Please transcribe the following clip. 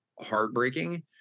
heartbreaking